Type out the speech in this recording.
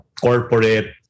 corporate